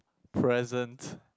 present